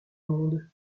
monde